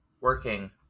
working